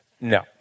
No